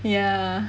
ya